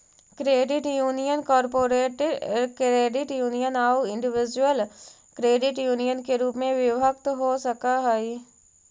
credit union corporate credit union आउ individual credit union के रूप में विभक्त हो सकऽ हइ